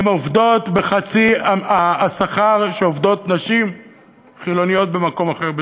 הן עובדות בחצי השכר שעובדות נשים חילוניות במקום אחר בהיי-טק.